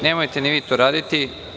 Nemojte ni vi to raditi.